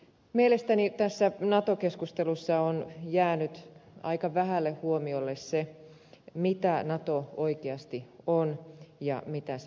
mielestäni tässä nato keskustelussa on jäänyt aika vähälle huomiolle se mitä nato oikeasti on ja mitä se edustaa